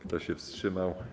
Kto się wstrzymał?